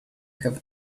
have